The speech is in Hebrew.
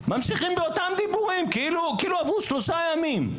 ממשיכים באותם דיבורים, כאילו עברו שלושה ימים.